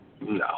No